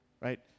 right